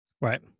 Right